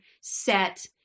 set